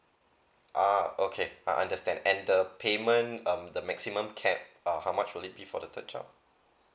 uh okay I understand and the payment um the maximum cap uh how much will it be for the third child